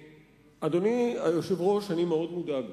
אדוני היושב-ראש, אני מאוד מודאג.